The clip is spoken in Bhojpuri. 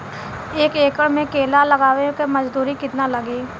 एक एकड़ में केला लगावे में मजदूरी कितना लागी?